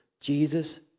Jesus